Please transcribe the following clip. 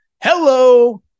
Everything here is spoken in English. Hello